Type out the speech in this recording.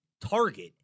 target